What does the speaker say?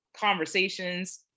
conversations